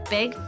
Big